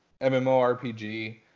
MMORPG